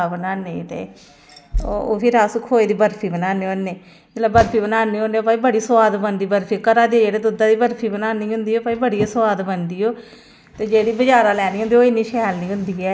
एह्दे कोला बगैरा अच्छे किस्म दे बीऽ चाही दे असेंई जियां गंदम दा सब्जियें दे होर दालें दे बीऽ बी चाही दे तेले आह्ले बी बीऽ चाही दे